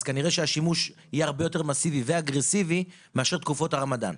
אז כנראה שהשימוש יהיה הרבה יותר מאסיבי ואגרסיבי מאשר תקופות הרמדאן,